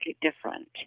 different